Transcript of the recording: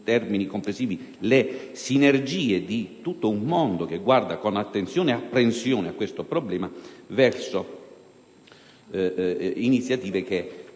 termini complessivi le sinergie di tutto un mondo che guarda con attenzione ed apprensione a questo problema. Le iniziative si